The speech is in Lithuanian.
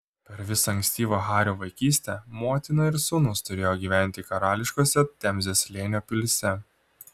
per visą ankstyvą hario vaikystę motina ir sūnus turėjo gyventi karališkose temzės slėnio pilyse